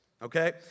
Okay